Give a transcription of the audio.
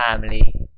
family